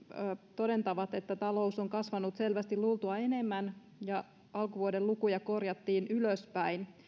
todentavat että talous on kasvanut selvästi luultua enemmän ja alkuvuoden lukuja korjattiin ylöspäin